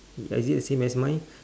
I is it the same as mine